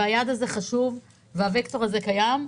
והיעד הזה חשוב והווקטור הזה קיים,